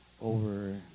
over